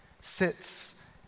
sits